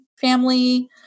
family